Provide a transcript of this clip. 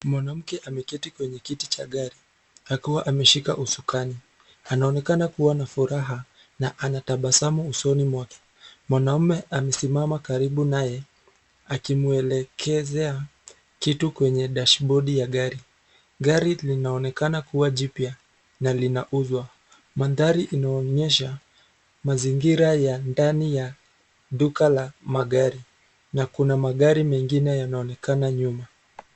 Mwanamke ameketi kwenye kiti cha gari akiwa ameshika usukani. Anaonekana kuwa na furaha na anatabasamu usoni mwake. Mwanaume amesimama karibu naye akimwelekezea kitu kwenye dashbodi ya gari. Gari linaonekana kuwa jipya na linauzwa. Mandhari inaonyesha mazingira ya ndani ya duka la magari na kuna magari mengine yanaonekana nyuma.